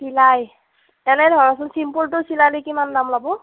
নাই এনেই ধৰকচোন চিম্পুলটো চিলালে কিমান দাম ল'ব